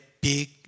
big